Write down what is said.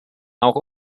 auch